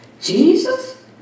Jesus